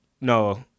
No